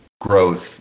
growth